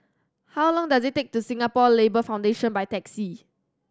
how long does it take to Singapore Labour Foundation by taxi